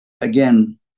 again